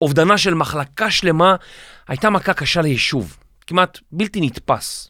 אובדנה של מחלקה שלמה הייתה מכה קשה ליישוב, כמעט בלתי נתפס.